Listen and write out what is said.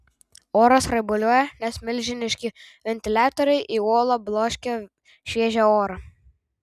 oras raibuliuoja nes milžiniški ventiliatoriai į olą bloškia šviežią orą